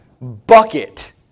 bucket